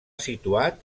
situat